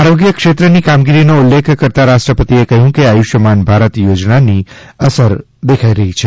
આરોગ્ય ક્ષેત્રની કામગીરીનો ઉલ્લેખ કરતાં રાષ્ટ્રપતિએ કહ્યું કે આયુષ્યમાન ભારત યોજનાની અસર દેખાઈ રહી છે